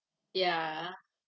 ya